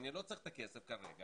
הוא לא צריך את הכסף כרגע,